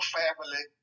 family